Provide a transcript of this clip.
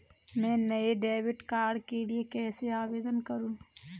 मैं नए debit card के लिए कैसे आवेदन करूं?